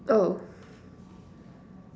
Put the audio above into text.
oh